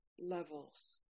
levels